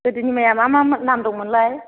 गोदोनि माइया मा मा नाम दंमोनलाय